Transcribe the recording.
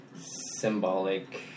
symbolic